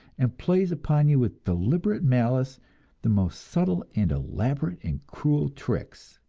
and plays upon you with deliberate malice the most subtle and elaborate and cruel tricks.